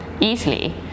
easily